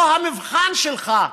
פה המבחן שלך,